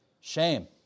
shame